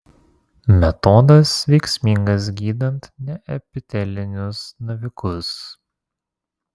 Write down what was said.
metodas veiksmingas gydant neepitelinius navikus